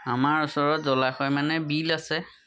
আমাৰ ওচৰত জলাশয় মানে বিল আছে